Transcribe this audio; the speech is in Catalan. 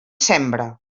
sembre